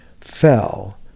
fell